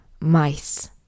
mice